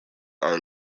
are